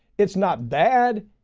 it's not bad.